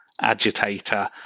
agitator